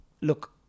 look